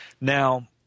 Now